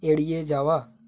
এড়িয়ে যাওয়া